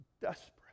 desperate